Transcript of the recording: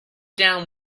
down